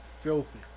filthy